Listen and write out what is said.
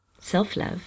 Self-love